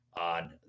on